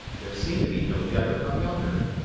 there seemed to be no gutter about her.